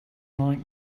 like